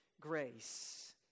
grace